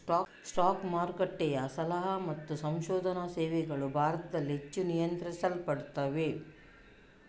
stock ಮಾರುಕಟ್ಟೆಯ ಸಲಹಾ ಮತ್ತು ಸಂಶೋಧನಾ ಸೇವೆಗಳು ಭಾರತದಲ್ಲಿ ಹೆಚ್ಚು ನಿಯಂತ್ರಿಸಲ್ಪಡುತ್ತವೆ